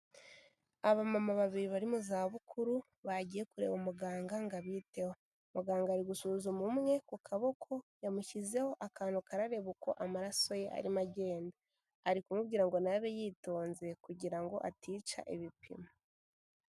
Abamama babiri bari mu zabukuru, bagiye kureba umuganga ngo abiteho. Muganga ari gusuzuma umwe ku kaboko, yamushyizeho akantu karareba uko amaraso ye arimo agenda. Ari kumubwira ngo ni abe yitonze, kugira ngo atica ibipimo.